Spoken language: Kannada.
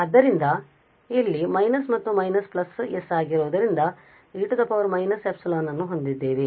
ಆದ್ದರಿಂದ ಮೈನಸ್ ಮತ್ತು ಮೈನಸ್ ಪ್ಲಸ್ s ಆಗಿರುವುದರಿಂದ ನಾವು e−sε ಅನ್ನು ಹೊಂದಿದ್ದೇವೆ